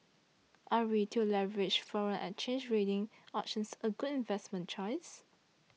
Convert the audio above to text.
are Retail leveraged foreign exchange trading options a good investment choice